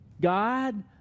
God